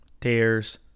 tears